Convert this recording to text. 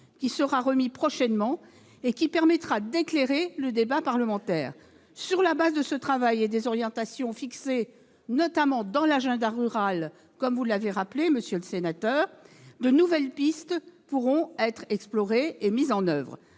qui sera remis prochainement et qui permettra d'éclairer le débat parlementaire. Sur le fondement de ce travail et des orientations fixées, notamment dans l'agenda rural, comme vous l'avez rappelé monsieur le sénateur, de nouvelles pistes pourront être explorées et mises en oeuvre.